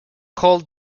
called